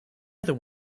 other